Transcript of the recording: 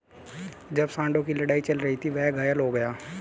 जब सांडों की लड़ाई चल रही थी, वह घायल हो गया